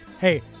hey